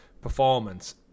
performance